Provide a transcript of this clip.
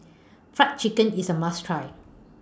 Fried Chicken IS A must Try